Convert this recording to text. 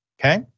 okay